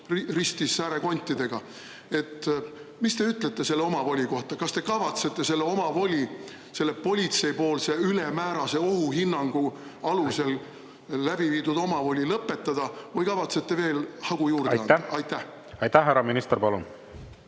ristis säärekontidega. Mis te ütlete selle omavoli kohta? Kas te kavatsete selle omavoli, selle politsei ülemäärase ohuhinnangu alusel läbi viidud omavoli lõpetada või kavatsete veel hagu juurde anda? … likvideerime